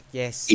yes